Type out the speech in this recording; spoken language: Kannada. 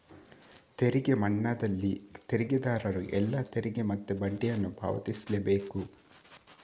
ತೆರಿಗೆ ಮನ್ನಾದಲ್ಲಿ ತೆರಿಗೆದಾರರು ಎಲ್ಲಾ ತೆರಿಗೆ ಮತ್ತೆ ಬಡ್ಡಿಯನ್ನ ಪಾವತಿಸ್ಲೇ ಬೇಕು